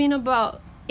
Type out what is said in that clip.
then